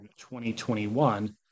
2021